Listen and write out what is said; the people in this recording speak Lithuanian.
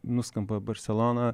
nuskamba barselona